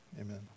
amen